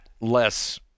less